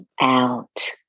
out